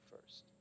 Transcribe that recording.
first